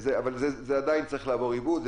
אבל זה עדיין צריך לעבור עיבוד.